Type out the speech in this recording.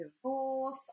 divorce